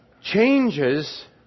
changes